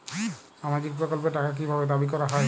সামাজিক প্রকল্পের টাকা কি ভাবে দাবি করা হয়?